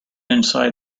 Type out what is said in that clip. inside